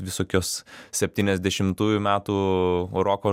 visokios septyniasdešimtųjų metų roko